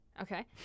Okay